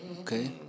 Okay